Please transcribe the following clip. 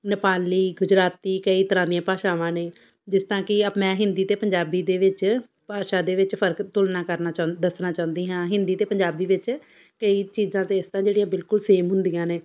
ਨੇਪਾਲੀ ਗੁਜਰਾਤੀ ਕਈ ਤਰ੍ਹਾਂ ਦੀਆਂ ਭਾਸ਼ਾਵਾਂ ਨੇ ਜਿਸ ਤਰ੍ਹਾਂ ਕਿ ਮੈਂ ਵੀ ਹਿੰਦੀ ਅਤੇ ਪੰਜਾਬੀ ਦੇ ਵਿੱਚ ਭਾਸ਼ਾ ਦੇ ਵਿੱਚ ਫ਼ਰਕ ਤੁਲਨਾ ਕਰਨਾ ਚਾ ਦੱਸਣਾ ਚਾਹੁੰਦੀ ਹਾਂ ਹਿੰਦੀ ਅਤੇ ਪੰਜਾਬੀ ਵਿੱਚ ਕਈ ਚੀਜ਼ਾਂ ਤਾਂ ਇਸ ਤਰ੍ਹਾਂ ਜਿਹੜੀਆਂ ਬਿਲਕੁਲ ਸੇਮ ਹੁੰਦੀਆਂ ਨੇ